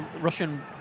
Russian